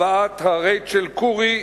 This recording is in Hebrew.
הבאת ה"רייצ'ל קורי"